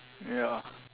ya